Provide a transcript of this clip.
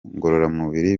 ngororamubiri